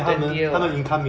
twenty year old